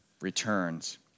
returns